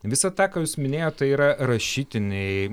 visa tą jūs minėjot tai yra rašytiniai